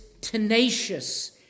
tenacious